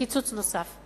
לקיצוץ נוסף.